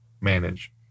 manage